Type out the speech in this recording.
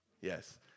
yes